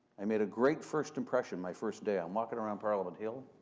i made a great first impression. my first day, i'm walking around parliament hill.